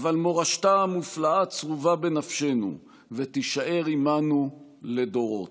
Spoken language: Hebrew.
אבל מורשתה המופלאה צרובה בנפשנו ותישאר עימנו לדורות.